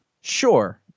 Sure